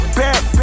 back